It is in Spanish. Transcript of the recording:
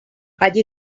allí